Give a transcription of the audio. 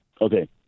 Okay